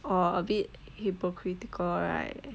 orh a bit hypocritical right